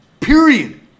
period